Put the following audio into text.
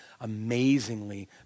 amazingly